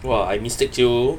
!wah! I missed